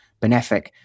benefic